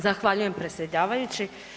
Zahvaljujem predsjedavajući.